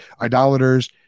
idolaters